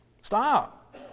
Stop